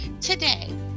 today